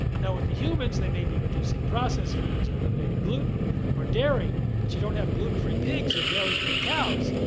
now with the humans, they may be reducing processed foods or eliminating gluten or dairy but you don't have gluten free pigs or dairy-free cows.